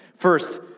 First